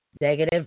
Negative